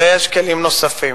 ויש כלים נוספים.